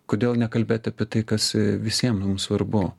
kodėl nekalbėt apie tai kas visiem mum svarbu